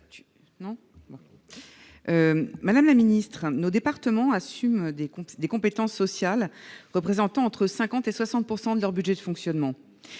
Madame la secrétaire d'État, nos départements assument des compétences sociales représentant entre 50 et 60 % de leur budget de fonctionnement.